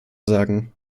sagen